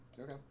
okay